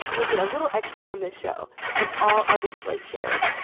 you'll get a little extra from this show and all other slate shows.